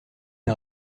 les